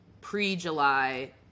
pre-July